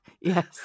Yes